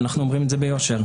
ואנחנו אומרים את זה ביושר,